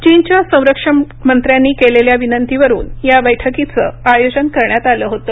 चीनच्या संरक्षण मंत्र्यांनी केलेल्या विनंतीवरून या बैठकीचं आयोजन करण्यात आलं होतं